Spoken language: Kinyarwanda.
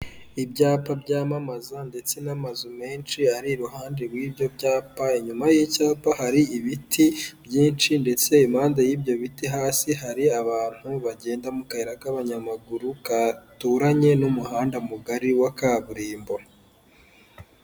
Ibyapa byamamaza ndetse n'amazu menshi ari iruhande rw'ibyo byapa, inyuma y'icyapa hari ibiti byinshi ndetse impande y'ibyo biti hasi hari abantu bagenda mu kayira k'abanyamaguru gaturanye n'umuhanda mugari wa kaburimbo.